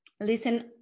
listen